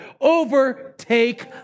Overtake